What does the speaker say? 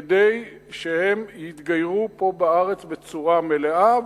כדי שהם יתגיירו פה בארץ בצורה מלאה,